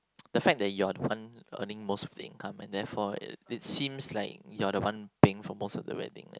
the fact that you're the one earning most of the income and therefore it seems like you are the one paying for most of the wedding